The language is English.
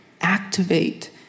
activate